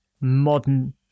modern